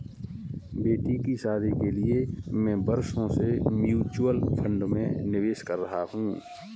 बेटी की शादी के लिए मैं बरसों से म्यूचुअल फंड में निवेश कर रहा हूं